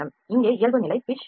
இங்கே இயல்புநிலை pitch 0